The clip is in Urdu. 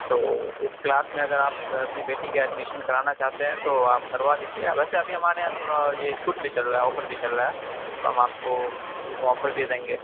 تو اس کلاس میں اگر آپ اپنی بیٹی کا ایڈمیشن کرانا چاہتے ہیں تو آپ کروا لیجیے ویسے ابھی ہمارے یہاں تھوڑا یہ چھوٹ بھی چل رہا ہے آفر بھی چل رہا ہے تو ہم آپ کو وہ آفر دے دیں گے